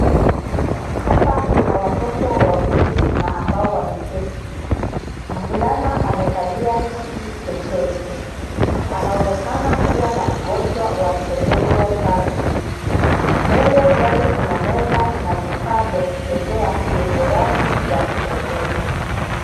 Hapa kuna watoto wawili na ambao wameketi. Mvulana amekalia kiti spesheli. Anaonekana kuwa na ugonjwa wa Cerebral Palsy . Mbele yake kuna meza na vifaa vya kuchezea vyenye rangi za kupendeza.